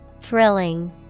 Thrilling